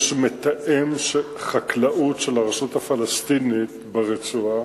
יש מתאם חקלאות של הרשות הפלסטינית ברצועה,